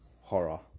horror